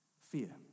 Fear